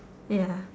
ya